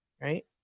right